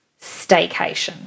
staycation